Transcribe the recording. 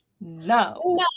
no